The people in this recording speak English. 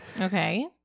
okay